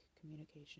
communication